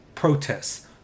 protests